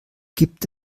gibt